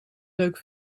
leuk